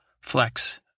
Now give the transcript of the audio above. Flex